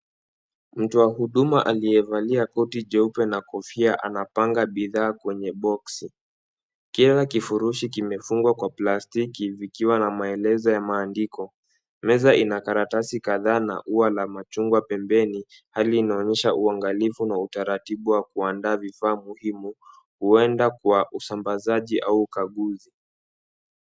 Mtu wa huduma aliyevalia koti jeupe na kofia, anapanga bidhaa kwenye boxi. Kila kifurushi kimefungwa kwa plastiki vikiwa na maelezo ya maandiko. Meza ina karatasi kadhaa na ua la machungwa pembeni. Hali inaonyesha uangalifu na utaratibu wa kuandaa vifaa muhimu, huenda kwa usambazaji au ukaguzi.